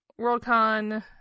Worldcon